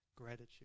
gratitude